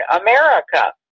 America